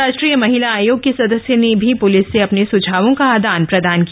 राष्ट्रीय महिला आयोग की सदस्य ने भी पुलिस से अपने सुझावों का आदान प्रदान किया